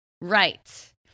right